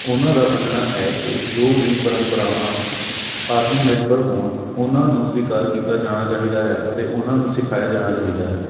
ਉਨ੍ਹਾਂ ਦਾ ਮੰਨਣਾ ਹੈ ਕਿ ਜੋ ਵੀ ਪਰੰਪਰਾਵਾਂ ਆਤਮਨਿਰਭਰ ਹੋਣ ਉਨ੍ਹਾਂ ਨੂੰ ਸਵੀਕਾਰ ਕੀਤਾ ਜਾਣਾ ਚਾਹੀਦਾ ਹੈ ਅਤੇ ਉਨ੍ਹਾਂ ਨੂੰ ਸਿਖਾਇਆ ਜਾਣਾ ਚਾਹੀਦਾ ਹੈ